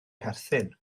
perthyn